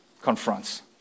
confronts